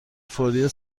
فوری